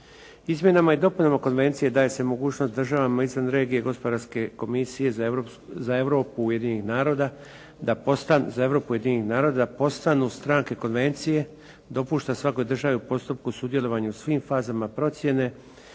Izmjenama i dopunama konvencije daje se mogućnost državama izvan regije gospodarske komisije za Europu ujedinjenih naroda da postanu stranke konvencije dopušta svakoj državi u postupku sudjelovanje u svim fazama procjene,